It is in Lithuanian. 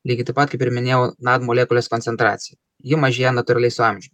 lygiai taip pat kaip ir minėjau nad molekulės koncentracija ji mažėja natūraliai su amžium